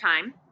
time